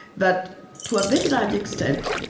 that to a very large extent,